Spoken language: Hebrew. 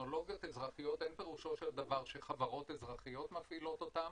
טכנולוגיות אזרחיות אין פירושו של דבר שחברות אזרחיות מפעילות אותן,